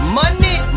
money